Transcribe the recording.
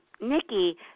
Nikki